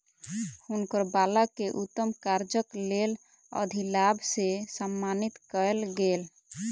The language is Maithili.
हुनकर बालक के उत्तम कार्यक लेल अधिलाभ से सम्मानित कयल गेल